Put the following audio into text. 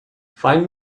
find